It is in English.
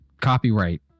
copyright